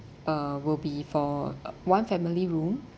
uh will be for one family room